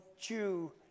Jew